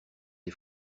des